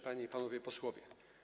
Panie i Panowie Posłowie!